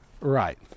Right